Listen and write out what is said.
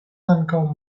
ankaŭ